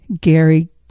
Gary